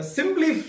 Simply